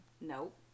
Nope